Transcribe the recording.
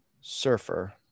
surfer